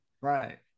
Right